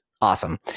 awesome